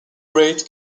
rate